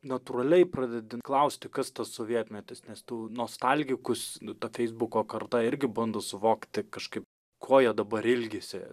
natūraliai pradedi klausti kas tas sovietmetis nes tų nostalgikus ta feisbuko karta irgi bando suvokti kažkaip ko jie dabar ilgisi